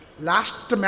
Last